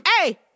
hey